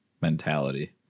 mentality